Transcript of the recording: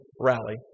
rally